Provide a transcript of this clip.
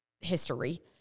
history